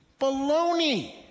Baloney